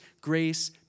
grace